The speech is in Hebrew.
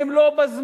הם לא בזמן,